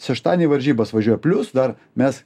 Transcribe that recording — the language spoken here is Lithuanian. šeštadienį į varžybas važiuoja plius dar mes